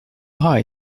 gras